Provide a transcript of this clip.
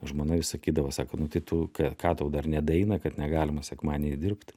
žmona vis sakydavo sako nu tai tu ką tau dar nedaeina kad negalima sekmadienį dirbt